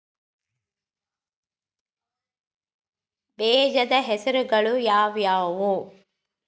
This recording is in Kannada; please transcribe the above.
ಬೇಜದ ಹೆಸರುಗಳು ಯಾವ್ಯಾವು?